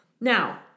Now